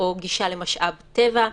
או גישה למשאב טבע,